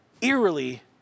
eerily